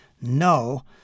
no